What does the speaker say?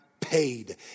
paid